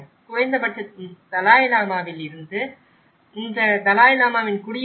குறைந்தபட்சம் தலாய் லாமாவில் இந்த தலாய் லாமாவின் குடியிருப்பு இல்லை